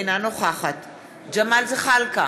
אינה נוכחת ג'מאל זחאלקה,